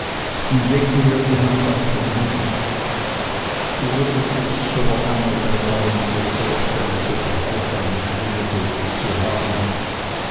und legte mir die hand auf den mund du würdest es sicher noch einmal bereuen dir selbst eine so grausame schlinge ge legt zu haben